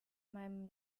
meinem